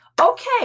okay